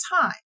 time